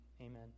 amen